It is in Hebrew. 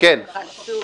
חצוף.